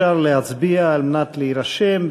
אפשר להצביע על מנת להירשם.